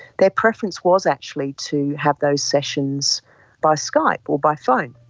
their preference was actually to have those sessions by skype or by phone.